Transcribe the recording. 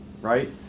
right